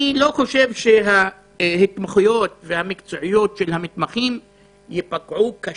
אני לא חושב שההתמחויות ומקצועיות המתמחים ייפגעו באופן